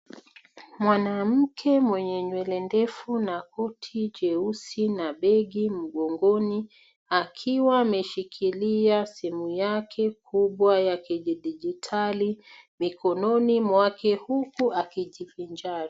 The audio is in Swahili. Mwanamke mwenye nywele ndefu na koti jeusi na begi mgongoni akiwa ameshikilia simu yake kubwa ya kidijitali mikononi mwake huku akijivinjari.